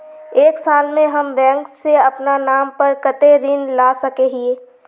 एक साल में हम बैंक से अपना नाम पर कते ऋण ला सके हिय?